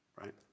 right